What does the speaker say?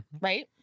Right